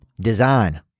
design